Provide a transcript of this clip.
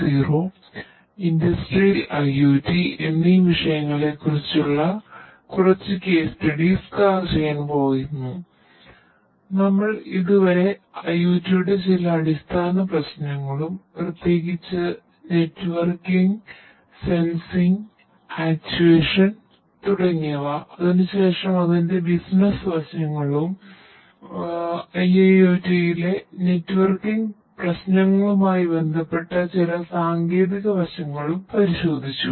0 industrial IoT പ്രശ്നങ്ങളുമായി ബന്ധപ്പെട്ട ചില സാങ്കേതിക വശങ്ങളും പരിശോധിച്ചു